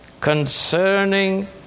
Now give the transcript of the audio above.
concerning